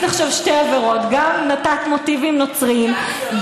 עכשיו שתי עבירות: גם נתת מוטיבים נוצריים,